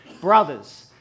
brothers